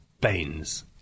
Baines